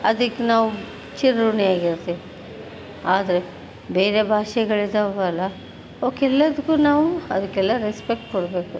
ಅದಕ್ಕೆ ನಾವು ಚಿರಋಣಿ ಆಗಿರ್ತೀವಿ ಆದರೆ ಬೇರೆ ಭಾಷೆಗಳ್ ಇದ್ದಾವಲ್ಲ ಅವಕ್ಕೆ ಎಲ್ಲದಕ್ಕು ನಾವು ಅದಕ್ಕೆಲ್ಲ ರೆಸ್ಪೆಕ್ಟ್ ಕೊಡಬೇಕು